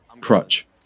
crutch